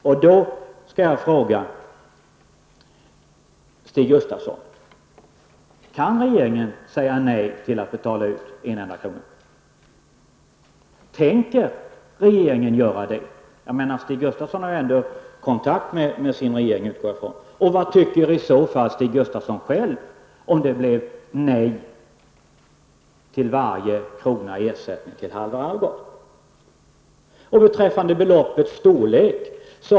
Jag vill då fråga Stig Gustafsson: Kan regeringen säga nej till att betala ut en enda krona? Tänker regeringen göra det? Stig Gustafsson har väl ändå kontakt med sin regering. Det utgår jag ifrån. Vad tycker i så fall Stig Det står ingenting om beloppets storlek.